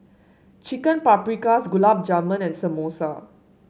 Chicken Paprikas Gulab Jamun and Samosa